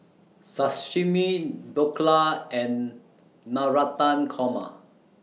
Sashimi Dhokla and Navratan Korma